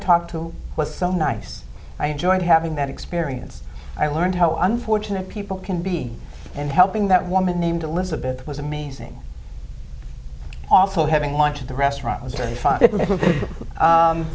talked to was so nice i enjoyed having that experience i learned how unfortunate people can be and helping that woman named elizabeth was amazing also having lunch at the restaurant was really fun